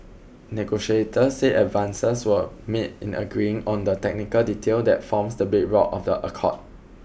negotiators said advances were made in agreeing on the technical detail that forms the bedrock of the accord